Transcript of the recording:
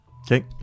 Okay